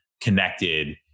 connected